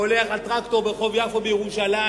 או נוסע על טרקטור ברחוב יפו בירושלים,